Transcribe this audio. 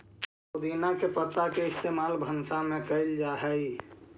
पुदीना के पत्ता के इस्तेमाल भंसा में कएल जा हई